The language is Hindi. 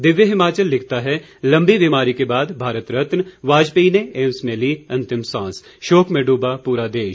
दिव्य हिमाचल लिखता है लंबी बीमारी के बाद भारत रत्न वाजपेयी ने एम्स में ली अंतिम सांस शोक में डूबा पूरा देश